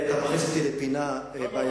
אתה מכניס אותי לפינה בעייתית.